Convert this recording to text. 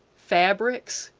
fabrics,